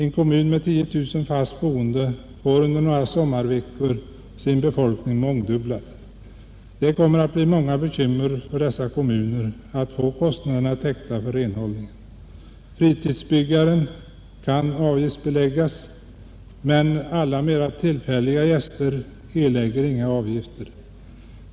En kommun med 10 000 fast boende får under några sommarveckor sin befolkning mångdubblad. Det kommer att bli många bekymmer för dessa kommuner att få kostnaderna för renhållningen täckta. Fritidsbyggaren kan avgiftsbeläggas, men mera tillfälliga gäster erlägger inga avgifter.